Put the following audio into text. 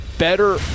better